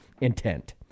intent